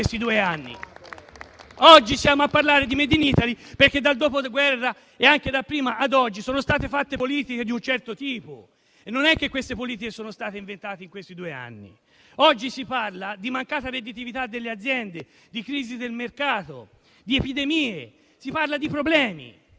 Oggi parliamo di *made in Italy* perché dal dopoguerra (e anche da prima) ad oggi sono state fatte politiche di un certo tipo, che non sono state inventate in questi due anni. Oggi si parla di mancata redditività delle aziende, di crisi del mercato, di epidemie, si parla di problemi,